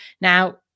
Now